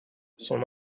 son